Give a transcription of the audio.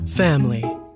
family